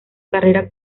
carrera